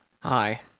Hi